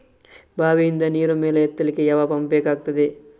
ಬಾವಿಯಿಂದ ನೀರು ಮೇಲೆ ಎತ್ತಲಿಕ್ಕೆ ಯಾವ ಪಂಪ್ ಬೇಕಗ್ತಾದೆ?